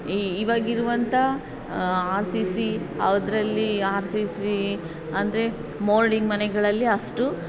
ಇವಾಗಿರುವಂಥ R C C ಅದ್ರಲ್ಲಿ R C C ಅಂದರೆ moulding ಮನೆಗಳಲ್ಲಿ ಅಷ್ಟು